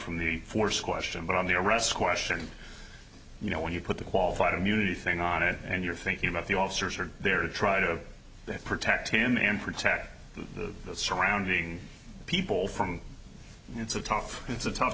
from the force question but on the arrest question you know when you put the qualified immunity thing on it and you're thinking about the officers are there to try to protect him and protect the surrounding people from it's a tough it's a tough